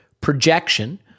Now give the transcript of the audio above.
projection